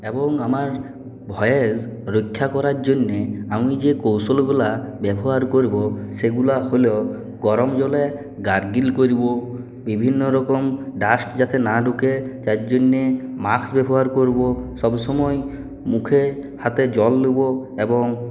এবং আমার ভয়েস রক্ষা করার জন্যে আমি যে কৌশলগুলো ব্যবহার করবো সেগুলো হল গরম জলে গার্গেল করবো বিভিন্ন রকম ডাস্ট যাতে না ঢুকে তার জন্যে মাস্ক ব্যবহার করবো সবসময় মুখে হাতে জল দেব এবং